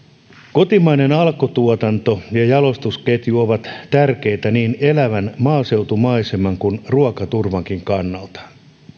kotimainen alkutuotanto ja jalostusketju ovat tärkeitä niin elävän maaseutumaiseman kuin ruokaturvankin kannalta